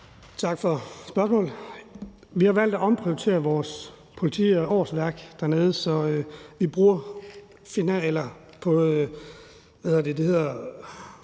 Tak for spørgsmålet. Vi har valgt at omprioritere vores politiårsværk dernede, så arbejdet gøres